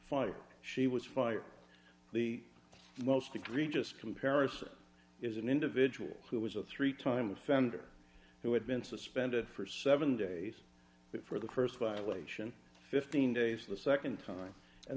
fired she was fired the most egregious comparison is an individual who was a three time offender who had been suspended for seven days for the st violation fifteen days the nd time and